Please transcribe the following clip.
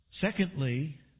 Secondly